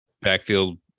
backfield